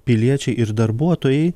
piliečiai ir darbuotojai